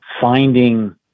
Finding